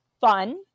fun